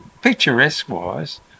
Picturesque-wise